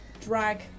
drag